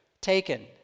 taken